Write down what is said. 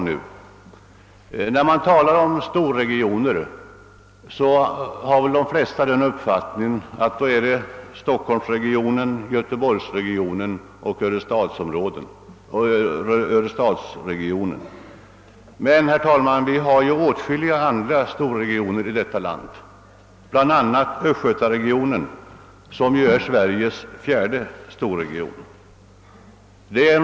De flesta har väl den uppfattningen, att då man talar om storregioner så avser man stockholmsregionen, göteborgsregionen och örestadsregionen. Men, herr talman, det finns åtskilliga andra storregioner i detta land, bl.a. östgötaregionen, som är Sveriges fjärde storregion.